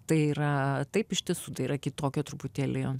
tai yra taip iš tiesų tai yra kitokio truputėlį